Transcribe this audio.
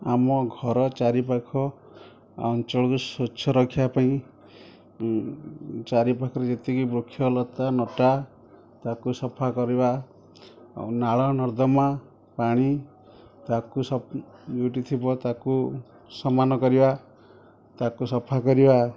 ଆମ ଘର ଚାରିପାଖ ଅଞ୍ଚଳକୁ ସ୍ୱଚ୍ଛ ରଖିବା ପାଇଁ ଚାରିପାଖରେ ଯେତିକି ବୃକ୍ଷ ଲତା ନଟା ତାକୁ ସଫା କରିବା ନାଳ ନର୍ଦ୍ଦମା ପାଣି ତାକୁ ସଫ ଯୋଉଠି ଥିବ ତାକୁ ସମାନ କରିବା ତାକୁ ସଫା କରିବା